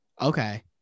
Okay